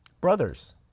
brothers